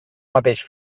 mateix